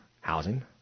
housing